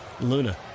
Luna